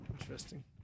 Interesting